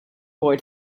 boy